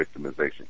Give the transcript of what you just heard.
victimization